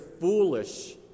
foolish